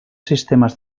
sistemes